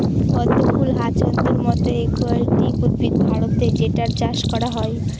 পদ্ম ফুল হ্যাছান্থর মতো একুয়াটিক উদ্ভিদ ভারতে যেটার চাষ করা হয়